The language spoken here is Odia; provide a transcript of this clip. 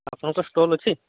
ଆପଣଙ୍କ ଷ୍ଟଲ ଅଛି